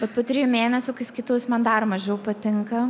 bet po trijų mėnesių skaitau man dar mažiau patinka